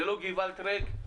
זה לא גוואלד ריק.